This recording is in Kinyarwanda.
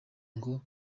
ngo